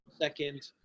Second